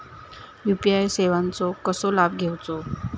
UPI सेवाचो कसो लाभ घेवचो?